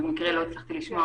מכיוון שאנחנו מדברים על